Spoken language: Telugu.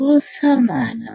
కు సమానం